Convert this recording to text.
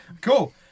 Cool